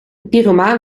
pyromaan